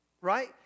right